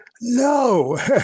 No